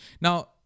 Now